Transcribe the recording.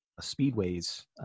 speedways